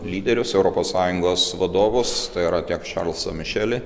lyderius europos sąjungos vadovus tai yra tiek šarlzą mišelį